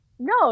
No